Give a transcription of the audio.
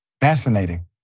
fascinating